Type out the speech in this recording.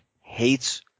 hates